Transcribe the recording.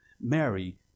Mary